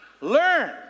Learn